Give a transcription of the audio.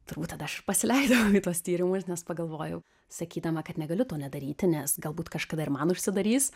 turbūt tada aš pasileidau į tuos tyrimus nes pagalvojau sakydama kad negaliu to nedaryti nes galbūt kažkada ir man užsidarys